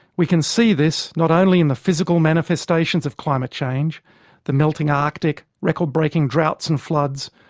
we can see this not only in the physical manifestations of climate change the melting arctic, record-breaking droughts and floods,